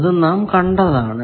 അത് നാം കണ്ടതാണ്